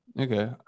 okay